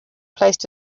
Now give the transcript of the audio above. placed